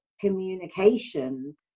communication